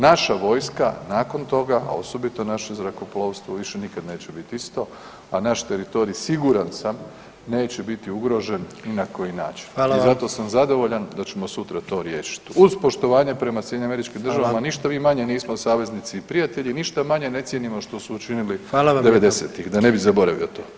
Naša vojska nakon toga, a osobito naše zrakoplovstvo više nikad neće bit isto, a naš teritorij siguran sam neće biti ugrožen ni na koji način [[Upadica: Hvala vam]] i zato sam zadovoljan da ćemo sutra to riješit uz poštovanje prema SAD-u [[Upadica: Hvala]] ništa mi nismo manje saveznici i prijatelji, ništa manje ne cijenimo što su učinili '90.-tih [[Upadica: Hvala vam]] da ne bi zaboravio to.